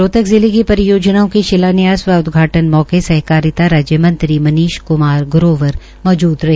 रोहतक जिले की परियोजनाओं के शिलान्यास व उदघाटन मौके पर सहकारिता राज्य मंत्री मनीष क्मार ग्रोवर मौजूद रहे